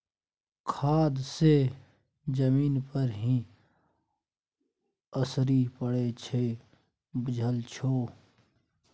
खाद सँ जमीन पर की असरि पड़य छै बुझल छौ